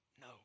No